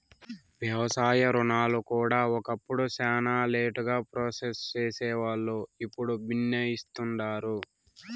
వ్యవసాయ రుణాలు కూడా ఒకప్పుడు శానా లేటుగా ప్రాసెస్ సేసేవాల్లు, ఇప్పుడు బిన్నే ఇస్తుండారు